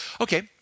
Okay